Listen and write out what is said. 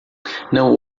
não